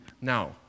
Now